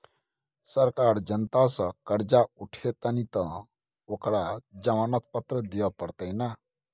सरकार जनता सँ करजा उठेतनि तँ ओकरा जमानत पत्र दिअ पड़तै ने